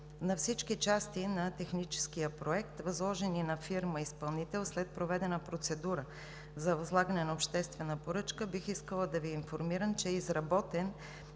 на всички части на техническия проект, възложени на фирма изпълнител след проведена процедура за възлагане на обществена поръчка, бих искала да Ви информирам, че е изработен